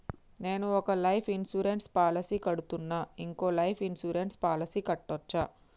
నేను ఒక life insurance policy కడ్తున్నా, ఇంకో లైఫ్ ఇన్సూరెన్స్ పాలసీ కట్టొచ్చా?